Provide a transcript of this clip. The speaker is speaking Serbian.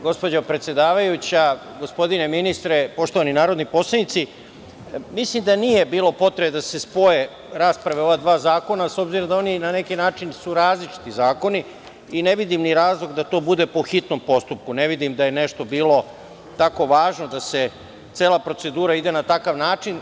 Gospođo predsedavajuća, gospodine ministre, poštovani narodni poslanici, mislim da nije bilo potrebe da se spoje rasprave o ova dva zakona, s obzirom da oni na neki način su različiti zakoni i ne vidim ni razlog da to bude po hitnom postupku, ne vidim da je nešto bilo tako važno da cela procedura ide na takav način.